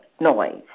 noise